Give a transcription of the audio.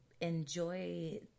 enjoy